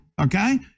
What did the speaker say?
Okay